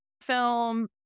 film